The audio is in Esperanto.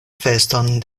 feston